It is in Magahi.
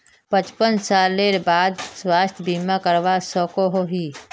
पचपन सालेर बाद स्वास्थ्य बीमा करवा सकोहो ही?